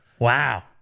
wow